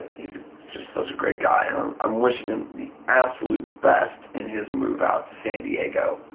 he's just such a great guy. um i'm wishing him the absolute best in his move out to san diego.